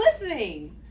listening